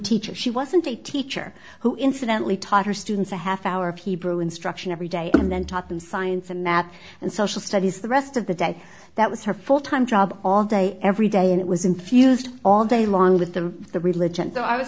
teacher she wasn't a teacher who incidentally taught her students a half hour of hebrew instruction every day and then talked in science and math and social studies the rest of the day that was her full time job all day every day and it was infused all day long with the the religion so i was